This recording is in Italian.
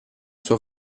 sua